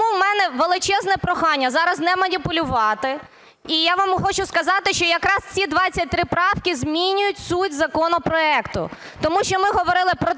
Тому у мене величезне прохання зараз не маніпулювати. І я вам хочу сказати, що якраз ці 23 правки змінюють суть законопроекту, тому що ми говорили про те,